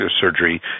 surgery